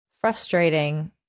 frustrating